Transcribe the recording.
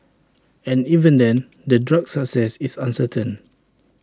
and even then the drug's success is uncertain